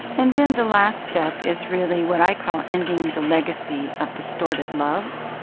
and then the last step is really what i call ending the legacy of distorted love.